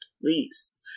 please